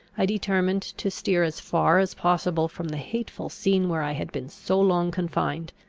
i determined to steer as far as possible from the hateful scene where i had been so long confined.